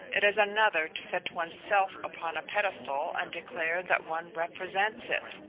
it is another to set one's self upon a pedestal and declare that one represents it,